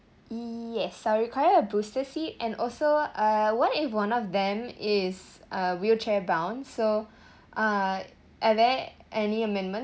yes I'll require a booster seat and also uh what if one of them is uh wheelchair bound so uh are there any amendment